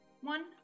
one